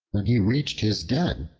when he reached his den,